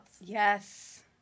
Yes